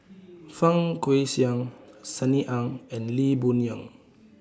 Fang Guixiang Sunny Ang and Lee Boon Yang